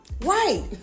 Right